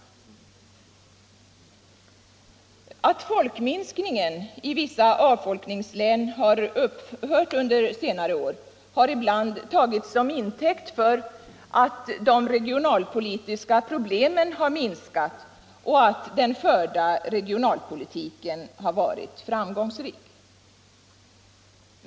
Att folkminskningen i vissa avfolkningslän upphört under senare år har ibland tagits som intäkt för att de regionalpolitiska problemen minskat och att den förda regionalpolitiken varit framgångsrik.